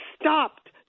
stopped